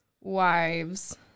wives